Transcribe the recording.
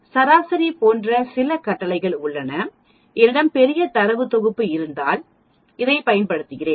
சராசரி போன்ற சில கட்டளைகள் உள்ளன என்னிடம் பெரிய தரவு தொகுப்பு இருந்தால் இதைப் பயன்படுத்துகிறேன்